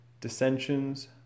dissensions